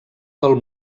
del